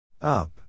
up